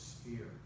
fear